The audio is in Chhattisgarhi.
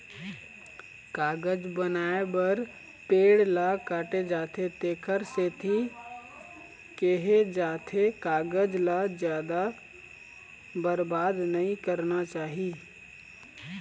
कागज बनाए बर पेड़ ल काटे जाथे तेखरे सेती केहे जाथे कागज ल जादा बरबाद नइ करना चाही